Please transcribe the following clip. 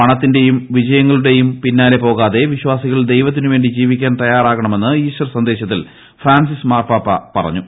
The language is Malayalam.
പണത്തിന്റെയും വിജയങ്ങളുടെയും പിന്നാലെ പോകാതെ വിശ്വാസികൾ ദൈവത്തിനുവേണ്ടി ജീവിക്കാൻ തയ്യാറാക ണമെന്ന് ഈസ്റ്റർ സന്ദേശത്തിൽ ഫ്രാൻസിസ് മാർപാപ്പ പറഞ്ഞു